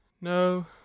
No